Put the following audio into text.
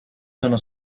sono